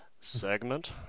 segment